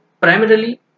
primarily